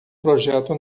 projeto